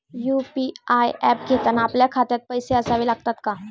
UPI app घेताना आपल्या खात्यात पैसे असावे लागतात का?